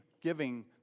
giving